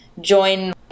join